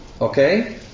Okay